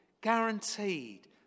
guaranteed